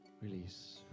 release